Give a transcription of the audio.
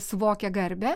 suvokia garbę